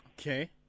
Okay